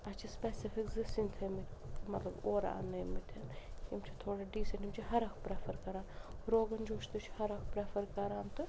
اسہِ چھِ سِپیٚسِفِک زٕ سِنۍ تھٲیمِتۍ مطلب اورٕ اَننٲیمِتۍ یِم چھِ تھوڑا ڈیٖسیٚنٹ یِم چھِ ہَر اکھ پرٛیٚفر کَران روغَن جوش تہِ چھُ ہَر اکھ پرٛیٚفر کَران تہٕ